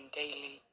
daily